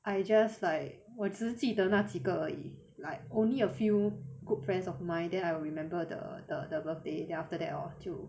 I just like 我只是记得那几个而已 like only a few good friends of mine then I will remember the birthday then after that oh 就